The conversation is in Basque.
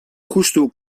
juxtu